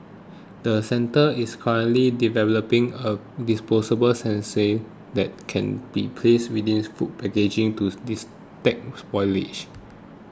the centre is currently developing a disposable sensor that can be placed within food packaging to spoilage